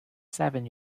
seven